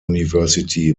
university